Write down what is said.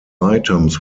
items